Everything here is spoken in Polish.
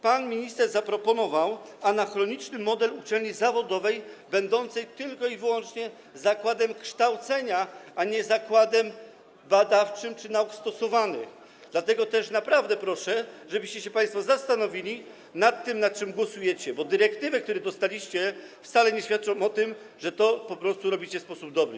Pan minister zaproponował anachroniczny model uczelni zawodowej będącej tylko i wyłącznie zakładem kształcenia, a nie zakładem badawczym czy nauk stosowanych, dlatego też naprawdę proszę, żebyście się państwo zastanowili nad tym, nad czym głosujecie, bo dyrektywy, które dostaliście, wcale nie świadczą o tym, że robicie to w sposób dobry.